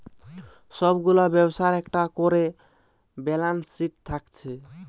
সব গুলা ব্যবসার একটা কোরে ব্যালান্স শিট থাকছে